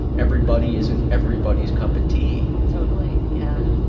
everybody isn't everybody's cup of tea totally. yeah.